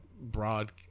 broad